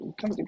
Come